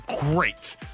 great